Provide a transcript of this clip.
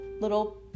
little